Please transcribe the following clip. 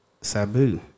Sabu